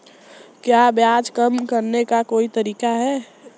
क्या ब्याज कम करने का कोई तरीका है?